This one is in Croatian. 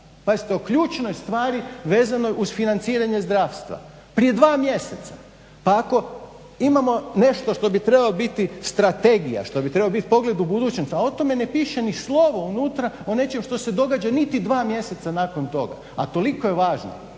Pazite o ključnoj stvari vezanoj uz financiranje zdravstva. Prije dva mjeseca, pa ako imamo nešto što bi trebalo biti strategija, što bi trebao biti pogled u budućnost, a o tome ne piše ni slovo unutra o nečem što se događa niti 2 mjeseca nakon toga, a toliko je važno.